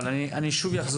אני חושב